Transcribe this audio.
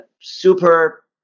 super